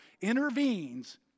intervenes